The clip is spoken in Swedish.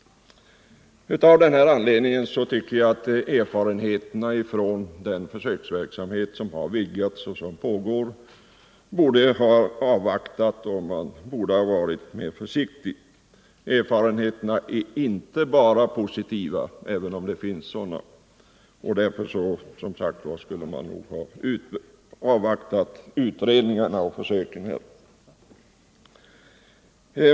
Mot denna bakgrund tycker jag att erfarenheterna från den vidgade försöksverksamhet som pågår borde ha avvaktats och att man skulle ha varit mer försiktig. Erfarenheterna är inte bara positiva — även om det finns sådana — och därför skulle man nog, som sagt, ha avvaktat utredningarna och försöken.